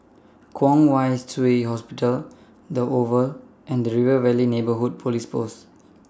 Kwong Wai Shiu Hospital The Oval and The River Valley Neighbourhood Police Post